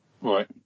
Right